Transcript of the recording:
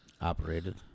operated